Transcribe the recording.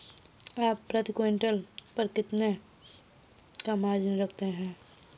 आप प्रति क्विंटल पर कितने का मार्जिन रखते हैं?